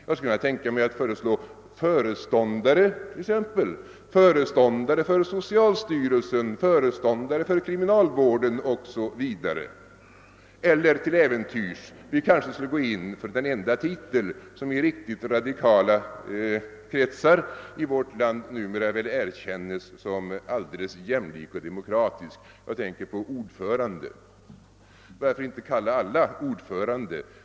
Jag skulle kunna tänka mig att föreslå t.ex. föreståndare, föreståndare för socialstyrelsen, föreståndare för kriminalvårdsstyrelsen o.s.v. Eller kanske skulle vi till äventyrs gå in för den enda titel som i riktigt radikala kretsar i vårt land numera erkänns som alldeles jämlik och demokratisk, jag tänker på ordförande. Varför inte kalla alla ordförande.